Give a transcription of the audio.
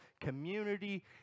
community